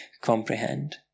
comprehend